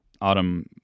Autumn